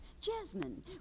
Jasmine